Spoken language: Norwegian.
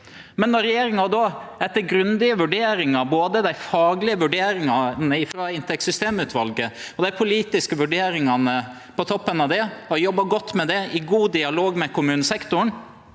Når regjeringa har gjort grundige vurderingar av både dei faglege vurderingane ifrå inntektssystemutvalet og dei politiske vurderingane på toppen av det, og har jobba godt med det i god dialog med kommunesektoren,